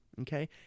Okay